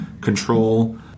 control